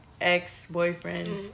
ex-boyfriends